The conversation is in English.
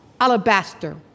alabaster